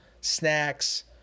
snacks